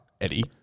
Eddie